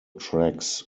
tracks